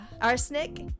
arsenic